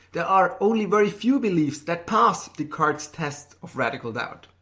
there are only very few beliefs that pass descartes's test of radical doubt.